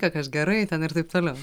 ka kas gerai ten ir taip toliau